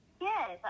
Yes